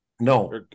No